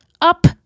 up